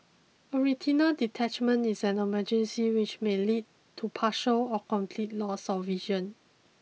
a retinal detachment is an emergency which may lead to partial or complete loss of vision